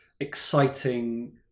Exciting